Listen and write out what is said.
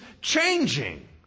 changing